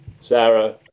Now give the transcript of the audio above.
Sarah